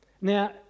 Now